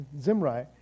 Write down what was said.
Zimri